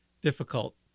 difficult